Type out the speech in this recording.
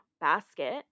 basket